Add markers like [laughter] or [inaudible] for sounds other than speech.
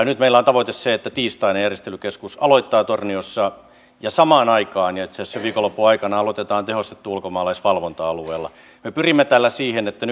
[unintelligible] nyt meillä on tavoite se että tiistaina järjestelykeskus aloittaa torniossa ja samaan aikaan itse asiassa viikonlopun aikana aloitetaan tehostettu ulkomaalaisvalvonta alueella me pyrimme tällä siihen että [unintelligible]